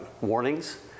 warnings